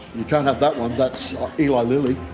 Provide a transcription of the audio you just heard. you can't have that one, that's eli lilly!